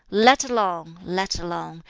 let alone! let alone!